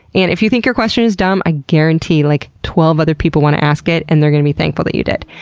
and if you think your question is dumb, i guarantee, like, twelve other people wanna ask it, and they're gonna be thankful that you did.